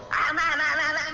um am am am am am am am